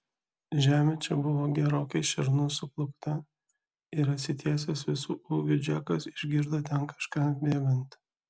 žemė čia buvo gerokai šernų suplūkta ir atsitiesęs visu ūgiu džekas išgirdo ten kažką bėgant